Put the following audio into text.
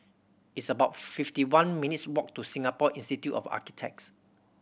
it's about fifty one minutes' walk to Singapore Institute of Architects